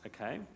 Okay